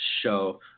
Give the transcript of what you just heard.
show